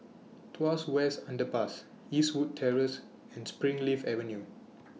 Tuas West Underpass Eastwood Terrace and Springleaf Avenue